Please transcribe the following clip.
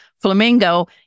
Flamingo